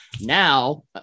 now